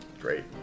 Great